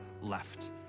left